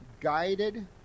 guided